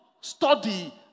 study